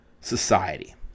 society